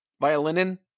violin